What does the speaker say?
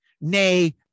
nay